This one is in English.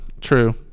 True